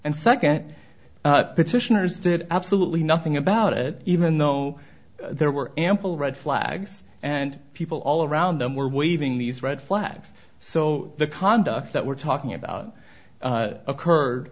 and second petitioners did absolutely nothing about it even though there were ample red flags and people all around them were waving these red flags so the conduct that we're talking about occurred